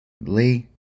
Lee